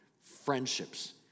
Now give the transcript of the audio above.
friendships